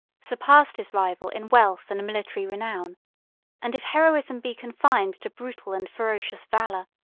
surpassed his rival in wealth and military renown and if heroism be confined to brutal and ferocious valor,